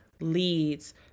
leads